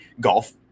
golf